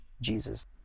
Jesus